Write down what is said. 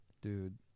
Dude